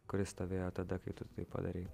kuris stovėjo tada kai tu taip padarei